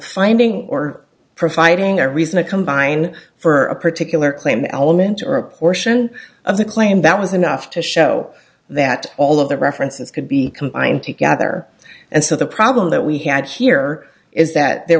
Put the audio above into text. finding or providing a reason to combine for a particular claim element or a portion of the claim that was enough to show that all of the references could be combined together and so the problem that we had here is that there